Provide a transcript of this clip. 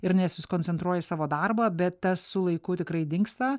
ir nesusikoncentruoja į savo darbą bet tas su laiku tikrai dingsta